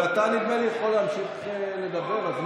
אבל אתה, נדמה לי, יכול להמשיך לדבר, לא,